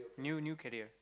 new new career